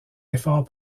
effort